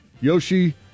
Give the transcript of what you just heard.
Yoshi